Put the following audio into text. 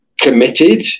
committed